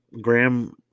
Graham